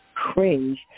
Cringe